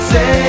Say